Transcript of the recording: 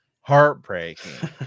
heartbreaking